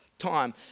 time